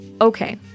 Okay